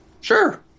Sure